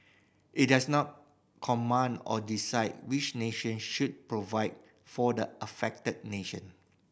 it does not command or decide which nations should provide for the affected nation